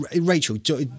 Rachel